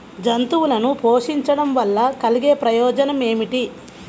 జంతువులను పోషించడం వల్ల కలిగే ప్రయోజనం ఏమిటీ?